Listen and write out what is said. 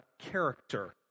character